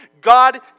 God